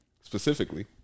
specifically